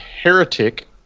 heretic